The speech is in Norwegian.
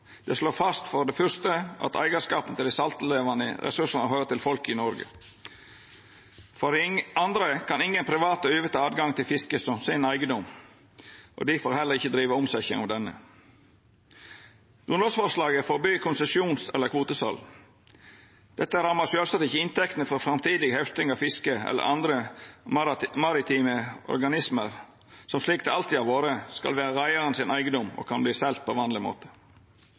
Det slår for det første fast at eigarskapen til saltvassressursane høyrer til folket i Noreg. For det andre kan ingen private overta åtgang til fisket som sin eigedom, og difor kan dei heller ikkje driva omsetning av han. Grunnlovforslaget forbyr konsesjons- eller kvotesal. Dette råkar sjølvsagt ikkje inntektene frå framtidig hausting av fiske eller andre maritime organismar, som – slik det alltid har vore – skal vera reiaren sin eigedom og kan seljast på vanleg måte.